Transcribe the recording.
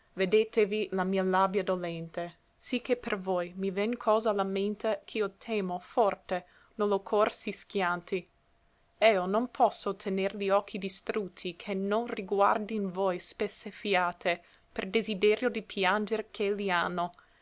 vedètevi la mia labbia dolente sì che per voi mi ven cosa a la mente ch'io temo forte no lo cor si schianti eo non posso tener li occhi distrutti che non reguardin voi spesse fiate per desiderio di pianger ch'elli